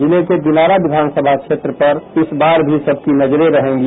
जिले के दिनारा विधान समा क्षेत्र पर इस बार भी सबकी नजरे रहेंगी